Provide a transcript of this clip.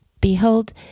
Behold